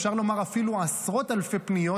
אפילו אפשר לומר עשרות אלפי פניות,